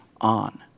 on